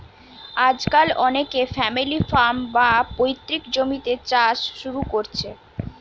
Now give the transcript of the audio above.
আজকাল অনেকে family farm, বা পৈতৃক জমিতে চাষ শুরু কোরছে